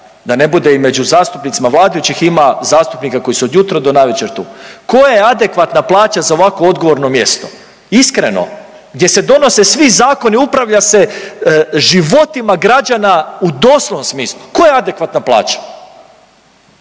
da ne bude i među zastupnicima vladajućih ima zastupnika koji su od jutra do navečer tu. Koja je adekvatna plaća za ovako odgovorno mjesto? Iskreno, gdje se donose svi zakoni, upravlja se životima građana u doslovnom smislu. Koja je adekvatna plaća?